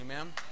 Amen